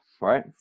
right